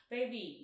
Baby